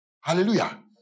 Hallelujah